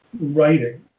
writing